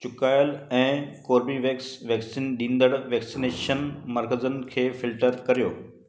चुकायल ऐं Corbevax vaccine ॾींदड़ वैक्सीनेशन मर्कजनि खे फिल्टर करियो